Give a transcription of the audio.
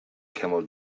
camel